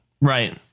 Right